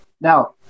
now